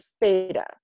theta